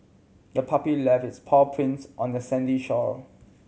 the puppy left its paw prints on the sandy shore